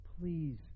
please